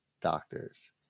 doctors